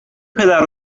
پدر